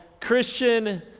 Christian